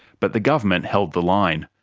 but the government held the line.